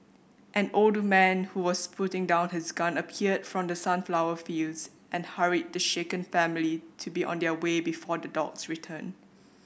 an old man who was putting down his gun appeared from the sunflower fields and hurried the shaken family to be on their way before the dogs return